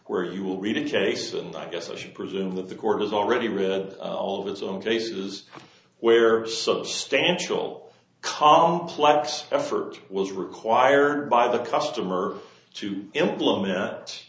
where you will be to chase and i guess i should presume that the court has already read all of its own cases where substantial complex effort was required by the customer to implement